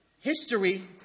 history